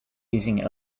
using